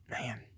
Man